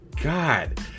God